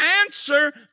answer